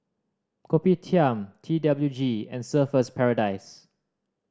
Kopitiam T W G and Surfer's Paradise